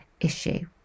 issue